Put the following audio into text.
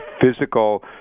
physical